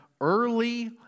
early